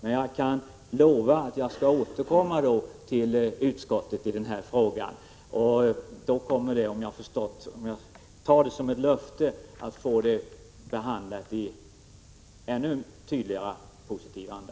Men jag kan lova att jag skall återkomma till utskottet i den här frågan. Då kommer detta, om jag kan tolka det som sagts som ett löfte, att få en behandling i en ännu tydligare positiv anda.